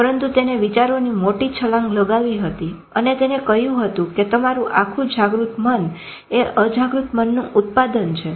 પરંતુ તેને વિચારોની મોટી છલાંગ લગાવી હતી અને તેને કહ્યું હતું કે તમારું આખું જાગૃત મનએ અજાગૃત મનનું ઉત્પાદન છે